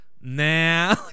Nah